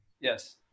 Yes